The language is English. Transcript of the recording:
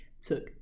took